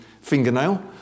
fingernail